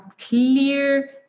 clear